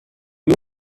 you